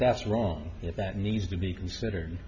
that's wrong that needs to be considered